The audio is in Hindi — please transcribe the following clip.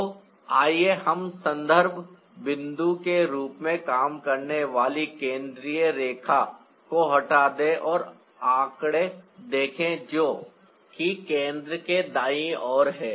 तो आइए हम संदर्भ बिंदु के रूप में काम करने वाली केंद्रीय रेखा को हटा दें और आंकड़े देखें जो कि केंद्र के दाईं ओर है